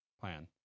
plan